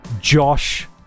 Josh